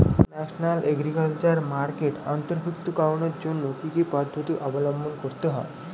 National agriculture মার্কেটে অন্তর্ভুক্তিকরণের জন্য কি কি পদ্ধতি অবলম্বন করতে হয়?